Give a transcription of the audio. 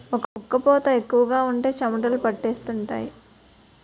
ఒక్క పూత ఎక్కువగా ఉంటే చెమటలు పట్టేస్తుంటాయి